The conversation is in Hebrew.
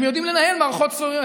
הם יודעים לנהל מערכות צבאיות,